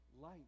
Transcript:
light